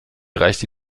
reichte